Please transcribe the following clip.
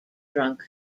drunk